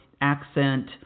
accent